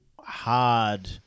hard